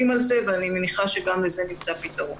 על זה ואני מניחה שגם לזה יימצא פתרון.